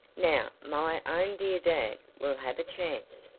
now my own dear dad will have a chance.